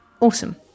awesome